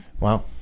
Wow